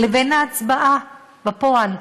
לבין ההצבעה בפועל.